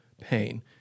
pain